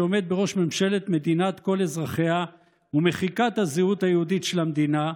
שעומד בראש ממשלת מדינת כל אזרחיה ומחיקת הזהות היהודית של המדינה,